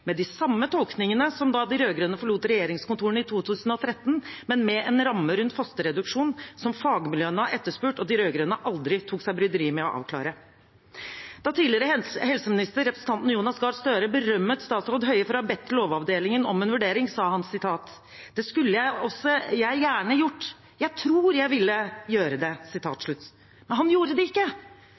med de samme tolkningene som da de rød-grønne forlot regjeringskontorene i 2013, men med en ramme rundt fosterreduksjon som fagmiljøene har etterspurt, og som de rød-grønne aldri tok seg bryderiet med å avklare. Da tidligere helseminister, representanten Jonas Gahr Støre, berømmet statsråd Høie for å ha bedt Lovavdelingen om en vurdering, sa han at det skulle han også gjerne gjort. Han trodde han ville ha gjort det. Men han gjorde det ikke.